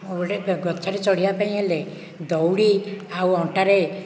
ଗୋଟିଏ ଗଛରେ ଚଢ଼ିବା ପାଇଁ ହେଲେ ଦଉଡ଼ି ଆଉ ଅଣ୍ଟାରେ